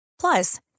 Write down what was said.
Plus